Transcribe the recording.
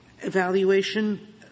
evaluation